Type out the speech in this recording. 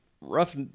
rough